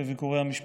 בביקורי המשפחות: